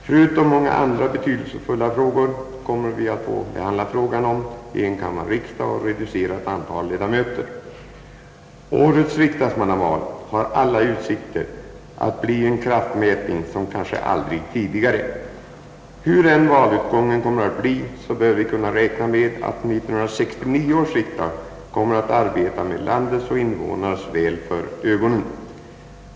Förutom många andra viktiga frågor kommer vi att få behandla frågan om enkammarriksdag och reducerat antal ledamöter. Årets riksdagsmannaval har alla utsikter att bli en kraftmätning som kanske aldrig tidigare. Hur än valutgången kommer att bli bör vi kunna räkna med att 1969 års riksdag kommer att arbeta med landets och invånarnas väl för ögonen.